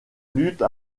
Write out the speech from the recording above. lutte